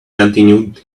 continued